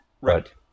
Right